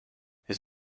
his